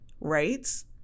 rates